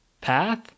Path